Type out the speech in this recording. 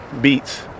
beats